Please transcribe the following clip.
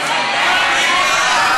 תוצאות ההצבעה: